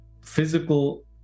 physical